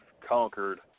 conquered